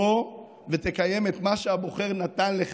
בוא ותקיים את מה שהבוחר נתן לך,